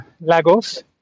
Lagos